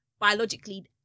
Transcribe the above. biologically